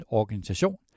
organisation